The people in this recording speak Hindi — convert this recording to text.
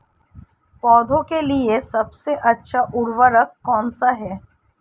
पौधों के लिए सबसे अच्छा उर्वरक कौनसा हैं?